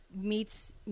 meets